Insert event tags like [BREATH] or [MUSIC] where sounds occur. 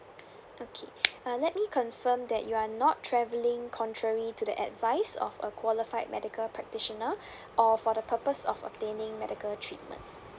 okay uh let me confirm that you are not travelling contrary to the advice of a qualified medical practitioner [BREATH] or for the purpose of obtaining medical treatment